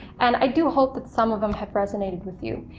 and i do hope that some of them have resonated with you.